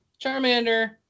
Charmander